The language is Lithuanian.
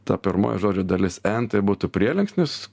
ta pirmoji žodžio dalis en tai būtų prielinksnis